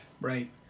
Right